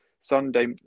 Sunday